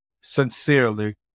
sincerely